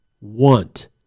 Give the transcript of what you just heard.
want